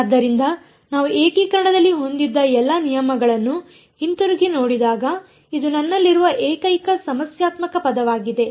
ಆದ್ದರಿಂದ ನಾವು ಏಕೀಕರಣದಲ್ಲಿ ಹೊಂದಿದ್ದ ಎಲ್ಲಾ ನಿಯಮಗಳನ್ನು ಹಿಂತಿರುಗಿ ನೋಡಿದಾಗ ಇದು ನನ್ನಲ್ಲಿರುವ ಏಕೈಕ ಸಮಸ್ಯಾತ್ಮಕ ಪದವಾಗಿದೆ